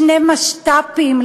שני משת"פים,